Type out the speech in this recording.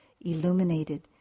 illuminated